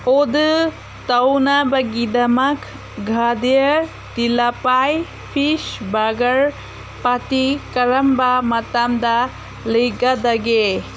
order ꯇꯧꯅꯕꯒꯤꯗꯃꯛ ꯘꯥꯗꯤꯌꯔ ꯇꯤꯜꯂꯥꯄꯥꯏ ꯄꯤꯁ ꯕꯔꯒꯔ ꯄꯥꯇꯤ ꯀꯔꯝꯕ ꯃꯇꯝꯗ ꯂꯩꯒꯗꯒꯦ